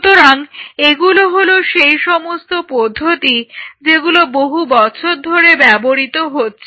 সুতরাং এগুলো হলো সেই সমস্ত পদ্ধতি যেগুলো বহু বছর ধরে ব্যবহৃত হয়েছে